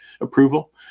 approval